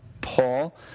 Paul